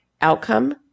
outcome